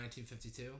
1952